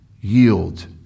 yield